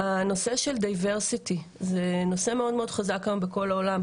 הנושא של diversity זה נושא מאד חזק היום בכל העולם,